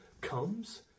comes